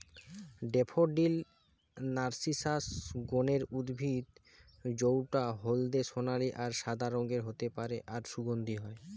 daffodil narcissus গণের উদ্ভিদ জউটা হলদে সোনালী আর সাদা রঙের হতে পারে আর সুগন্ধি হয়